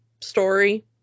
story